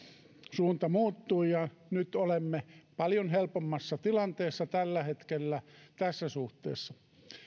suunta muuttui ja nyt olemme paljon helpommassa tilanteessa tällä hetkellä tässä suhteessa